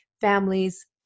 families